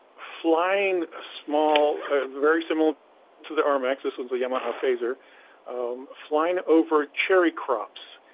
flying a small very similar to the arm axis with the yamaha phazer flying over cherry crops.